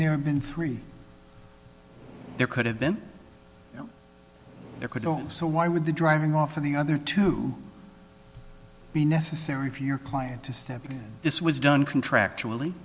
have been three there could have been there could only so why would the driving off of the other two be necessary for your client to step in and this was done contractually